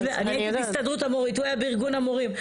אני הייתי בהסתדרות המורים הוא היה בארגון המורים,